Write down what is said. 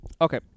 Okay